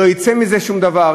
לא יצא מזה שום דבר.